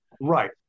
right